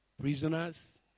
Prisoners